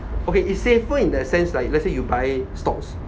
okay it's safer in the sense like let's say you buy stocks